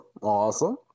Awesome